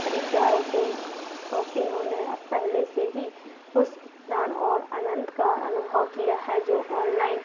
ख़रीदारी के शौक़ीनों ने अब पहले से ही उस दान और अनंद का अनुभव किया है जो ऑनलाइन